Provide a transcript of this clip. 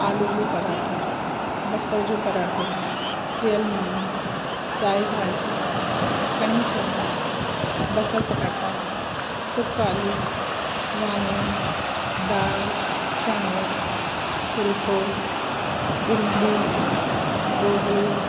आलू जो पराठो बसर जो पराठो सेल मानी साई भाॼी कढ़ी चांवर बसर पटाटा टुक आलू वाङण दाल चांवर फ़ुल्को भिंडी गोगिड़ू